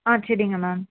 ஆ சரிங்க மேம்